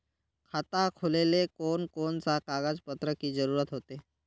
खाता खोलेले कौन कौन सा कागज पत्र की जरूरत होते?